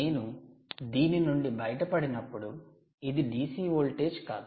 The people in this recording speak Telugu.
నేను దీని నుండి బయటపడినప్పుడు ఇది DC వోల్టేజ్ కాదు